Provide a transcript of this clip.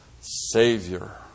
Savior